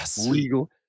legal